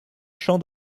chant